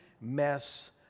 mess